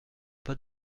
pas